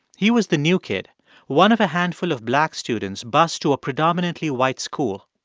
he was the new kid one of a handful of black students bused to a predominantly white school.